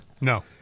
No